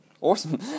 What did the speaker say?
Awesome